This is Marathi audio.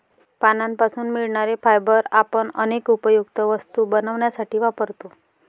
पानांपासून मिळणारे फायबर आपण अनेक उपयुक्त वस्तू बनवण्यासाठी वापरतो